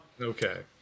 Okay